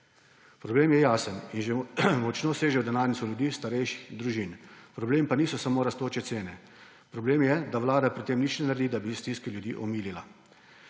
Problem je jasen in že močno seže v denarnico ljudi, starejših, družin. Problem pa niso samo rastoče cene. Problem je, da vlada pri tem nič ne naredi, da bi stiske ljudi omilila.